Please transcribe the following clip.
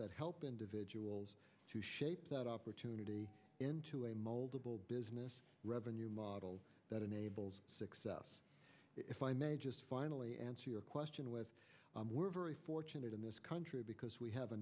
that help individuals to shape that opportunity into a moldable business revenue model that enables success if i may just finally answer your question with we're very fortunate in this country because we have a